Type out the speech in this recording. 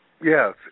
Yes